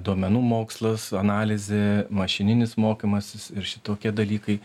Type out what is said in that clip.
duomenų mokslas analizė mašininis mokymasis ir šitokie dalykai